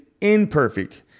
imperfect